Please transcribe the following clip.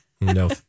No